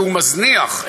והוא מזניח,